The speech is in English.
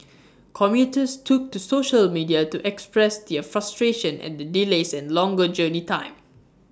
commuters took to social media to express their frustration at the delays and longer journey time